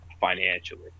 financially